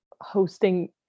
hosting